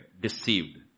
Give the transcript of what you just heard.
deceived